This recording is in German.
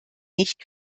nicht